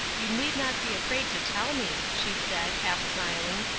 you need not be afraid to tell me, she said, half smiling,